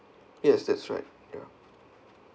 yes that's right ya